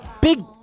big